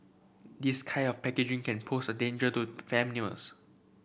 this kind of packaging can pose a danger to